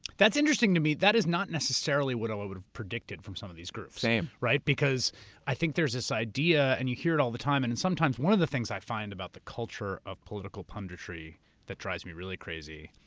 that's interesting to me. that is not necessarily what i would have predicted from some of these groups. same. right, because i think there's this idea and you hear it all the time, and and sometimes one of the things i find about the culture of political punditry that drives me really crazy,